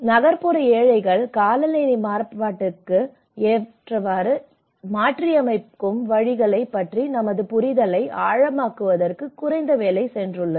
நகர்ப்புற ஏழைகள் காலநிலை மாறுபாட்டிற்கு ஏற்றவாறு மாற்றியமைக்கும் வழிகளைப் பற்றிய நமது புரிதலை ஆழமாக்குவதற்கு குறைந்த வேலை சென்றுள்ளது